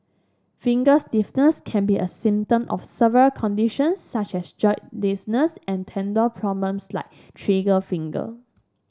finger stiffness can be a symptom of several conditions such as joint and tendon problems like trigger finger